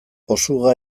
osuga